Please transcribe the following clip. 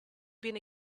been